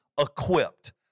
equipped